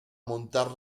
montar